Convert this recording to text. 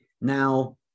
Now